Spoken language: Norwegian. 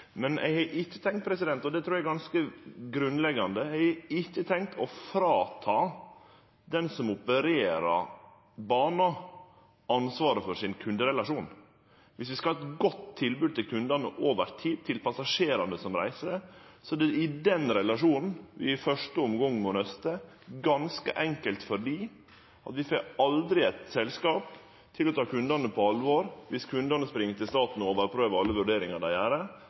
Men eg har ikkje – og det trur eg er ganske grunnleggjande – tenkt til å ta frå den som opererer banen, ansvaret for kunderelasjonen sin. Viss vi skal ha eit godt tilbod til kundane over tid – til passasjerane som reiser – er det i første omgang i den relasjonen vi må nøste, ganske enkelt fordi eit selskap kjem aldri til å ta kundane på alvor viss kundane spring til staten og overprøver alle vurderingar dei gjer.